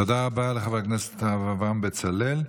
תודה רבה לחבר הכנסת הרב אברהם בצלאל.